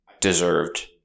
deserved